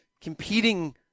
competing